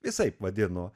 visaip vadino